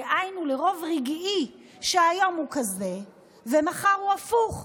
דהיינו לרוב רגעי שהיום הוא כזה ומחר הוא הפוך.